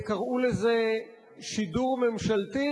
קַראו לזה שידור ממשלתי,